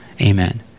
amen